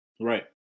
right